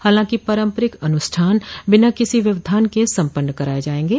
हालांकि पारम्परिक अनूष्ठान बिना किसी व्यवधान के सम्पन्न कराए जाएंगे